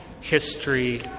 history